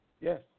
Yes